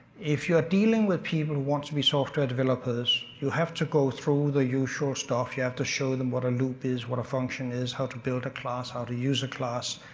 if you are dealing with people who want to be software developers, you have to go through the usual stuff, you have to show them what a loop is, what a function is, how to build a class, how to use a class